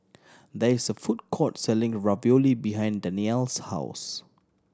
there is a food court selling Ravioli behind Dannielle's house